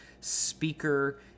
speaker